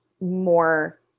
more